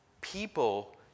people